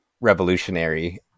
revolutionary